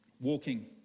walking